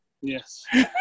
Yes